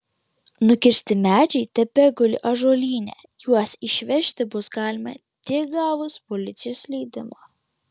nukirsti medžiai tebeguli ąžuolyne juos išvežti bus galima tik gavus policijos leidimą